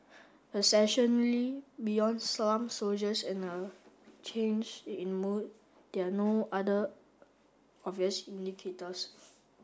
essentially beyond slumped shoulders and a change in mood there are no other obvious indicators